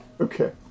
Okay